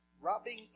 rubbing